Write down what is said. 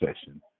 session